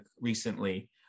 recently